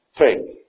faith